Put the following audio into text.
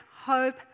hope